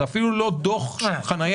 זה אפילו לא דוח חנייה.